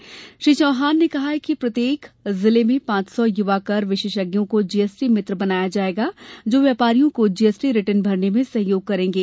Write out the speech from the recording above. मुख्यमंत्री श्री चौहान ने कहा कि प्रत्येक जिले में पाँच सौ युवा कर विशेषज्ञों को जीएसटी मित्र बनाया जायेगा जो व्यापारियों को जीएसटी रिटर्न भरने में सहयोग करेंगे